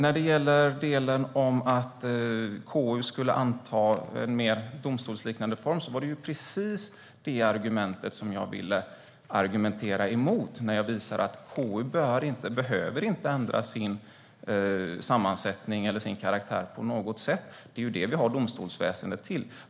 Beträffande detta att KU skulle anta mer domstolsliknande form: Det var precis det jag ville argumentera mot, när jag visade att KU inte behöver ändra sin sammansättning och karaktär på något sätt. Det är ju det vi har domstolsväsendet till.